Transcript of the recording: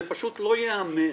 זה פשוט לא ייאמן,